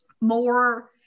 more